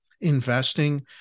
investing